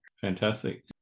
fantastic